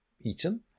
eaten